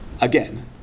again